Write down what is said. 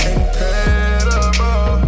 Incredible